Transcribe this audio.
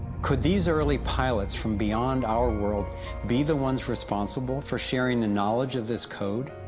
could these early pilots from beyond our world be the ones responsible for sharing the knowledge of this code?